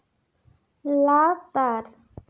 ᱞᱟᱛᱟᱨ